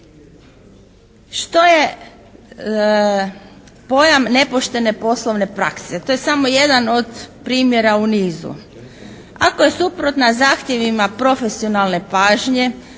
Što je pojam nepoštene poslovne prakse? To je samo jedan od primjera u nizu. Ako je suprotna zahtjevima profesionalne pažnje,